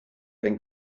and